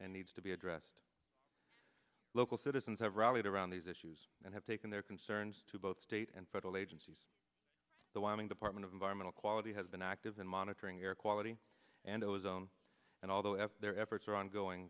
and needs to be addressed local citizens have rallied around these issues and have taken their concerns to both state and federal agencies the wyoming department of environmental quality has been active in monitoring air quality and ozone and although as their efforts are ongoing